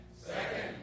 Second